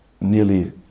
nearly